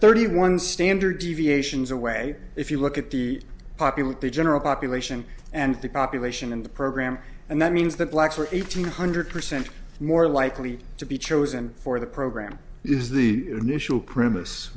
thirty one standard deviations away if you look at the popular the general population and the population in the program and that means that blacks are eighteen hundred percent more likely to be chosen for the program is the initial